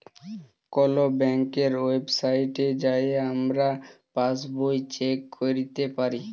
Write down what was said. call ব্যাংকের ওয়েবসাইটে যাঁয়ে আমরা পাসবই চ্যাক ক্যইরতে পারি